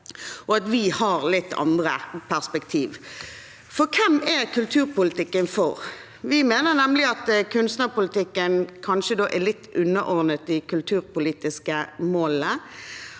vi har litt andre perspektiver. For hvem er kulturpolitikken for? Vi mener nemlig at kunstnerpolitikken kanskje er litt underordnet de kulturpolitiske målene.